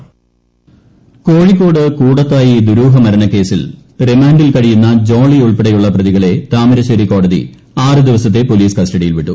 കോഴിക്കോട് കൂടത്തായി കോഴിക്കോട് കൂടത്തായി ദുരൂഹമരണ കേസിൽ റിമാൻഡിൽ കഴിയുന്ന ജോളിയുൾപ്പടെയുള്ള പ്രതികളെ താമരശ്ശേരി കോടതി ആറ് ദിവസത്തെ പോലീസ് കസ്റ്റഡിയിൽ വിട്ടു